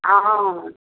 हँ